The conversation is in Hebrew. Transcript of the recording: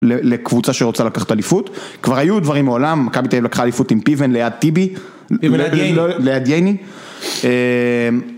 לקבוצה שרוצה לקחת אליפות, כבר היו דברים מעולם, מכבי תל אביב לקחה אליפות עם פיוון ליד טיבי, ליד ייני